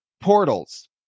portals